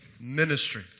ministry